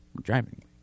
driving